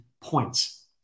points